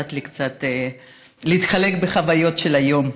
שנתת לי קצת להתחלק בחוויות של היום.